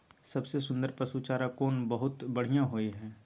सबसे सुन्दर पसु चारा कोन बहुत बढियां होय इ?